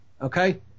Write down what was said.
Okay